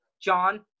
John